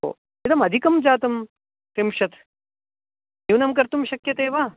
ओ इदमधिकं जातं त्रिंशत् न्यूनं कर्तुं शक्यते वा